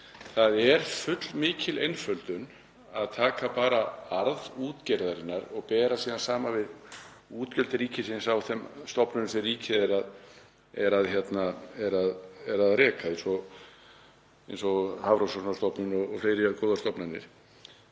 það er fullmikil einföldun að taka bara arð útgerðarinnar og bera síðan saman við útgjöld ríkisins í þeim stofnunum sem ríkið er að reka, eins og Hafrannsóknastofnun og fleiri góðar stofnanir.